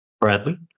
Bradley